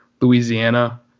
Louisiana